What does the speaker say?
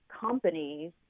companies